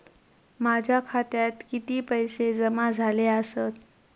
माझ्या खात्यात किती पैसे जमा झाले आसत?